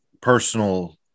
personal